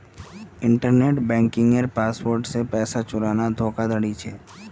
internet बन्किंगेर password से पैसा चुराना धोकाधाड़ी छे